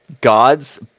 gods